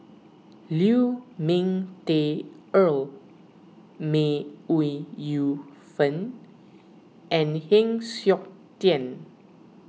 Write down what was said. Lu Ming Teh Earl May Yu Fen and Heng Siok Tian